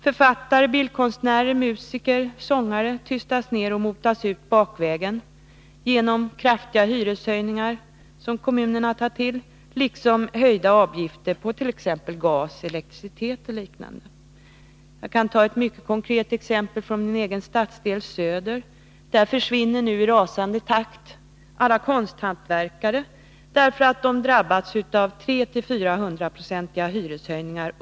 Författare, bildkonstnärer, musiker och sångare tystas ned och motas ut bakvägen till följd av kommunernas kraftiga hyreshöjningar liksom också till följd av höjningar av avgifterna för t.ex. gas och elektricitet. Jag kan ta ett mycket konkret exempel från min egen stadsdel, Söder. Där försvinner nu i rasande takt alla konsthantverkare, därför att de under enbart de senaste åren har drabbats av 300-400-procentiga hyreshöjningar.